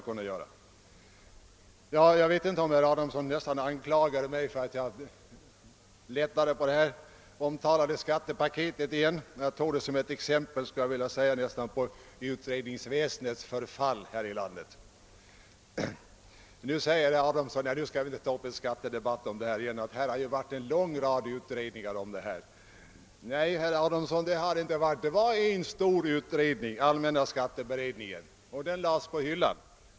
Herr Adamsson nästan anklagade mig för att jag talade om skattepaketet igen, när jag tog detta som ett exempel på utredningsväsendets förfall. Herr Adamsson säger att vi inte skall ta upp en debatt om den saken, eftersom det varit en lång rad utredningar. Nej, herr Adamsson, det var en stor utredning, allmänna skatteberedningen, men resultatet lades på hyllan.